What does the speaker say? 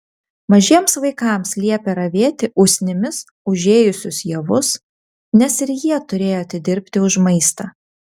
mažiems vaikams liepė ravėti usnimis užėjusius javus nes ir jie turėjo atidirbti už maistą